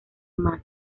más